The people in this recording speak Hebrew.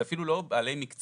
זה אפילו לא בעלי מקצוע.